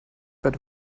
but